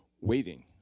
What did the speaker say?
waiting